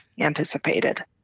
anticipated